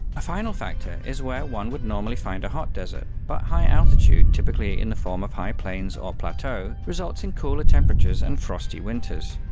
a final factor is where one would normally find a hot desert, but high altitude typically in the form of high plains or plateaux, results in cooler temperatures and frosty winters.